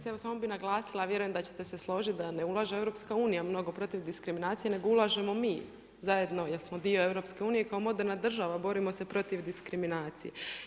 Ja bih samo naglasila, vjerujem da ćete se složiti da ne ulaže EU mnogo protiv diskriminacije nego ulažemo mi zajedno, jer smo dio EU-a kao moderna država, borimo se protiv diskriminacije.